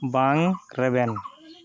ᱵᱟᱝ ᱨᱮᱵᱮᱱ